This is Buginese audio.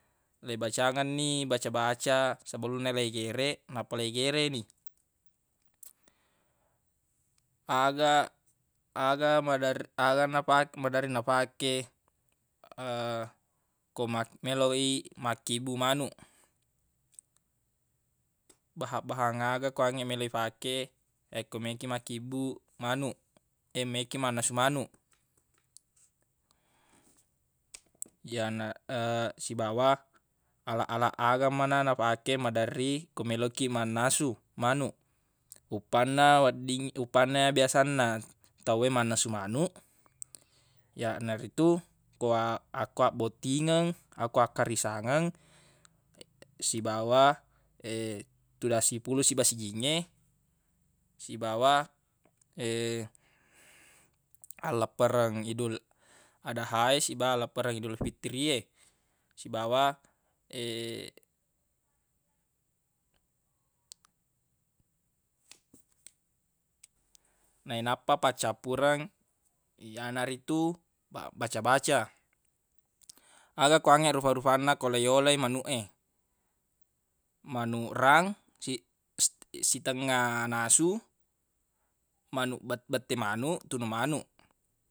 Leibacangenni baca-baca sebelunna leigere nappa leigere ni aga- aga mader- aga nafak- maderri nafake ko ma- meloq i makkibbuq manuq baha-bahang aga kuangnge meloq ifake yakko meq kiq makkibbuq manuq meq kiq mannasu manuq yana- sibawa alaq-alaq aga mana nafake maderri ko meloq kiq mannasu manuq uppanna wedding- uppanna biasanna tawwe mannasu manuq yanaritu koa- akko abbottingeng akko akkarisangeng sibawa tudang sipulung siba sijingnge sibawa alleppereng idul adeha e siba alleppereng idul fitri e sibawa nainappa paccappureng yanaritu mabbaca-baca aga kuangnge rufa-rufanna ko lo yolai manuq e manuq rang ci- sitengnga nasu manuq bet- bette manuq tunu manuq